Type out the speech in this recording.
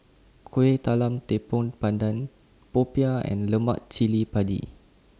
Kueh Talam Tepong Pandan Popiah and Lemak Cili Padi